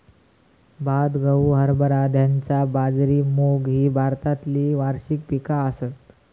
भात, गहू, हरभरा, धैंचा, बाजरी, मूग ही भारतातली वार्षिक पिका आसत